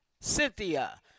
Cynthia